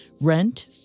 rent